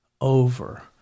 over